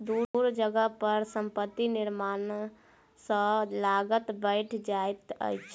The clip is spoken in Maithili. दूर जगह पर संपत्ति निर्माण सॅ लागत बैढ़ जाइ छै